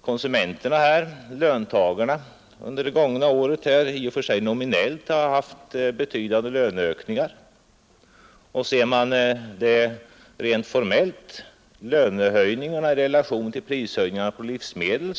konsumenterna, löntagarna, under det gångna året visserligen nominellt fått betydande löneökningar och rent formellt lönehöjningar i relation till höjningarna på livsmedel.